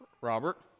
Robert